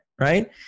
right